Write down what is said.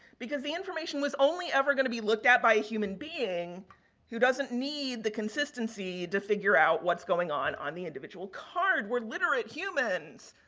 because, the information was only ever going to be looked at by a human being who doesn't need the consistency to figure out what's going on, on the individual card. we're literate humans.